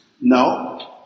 No